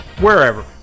wherever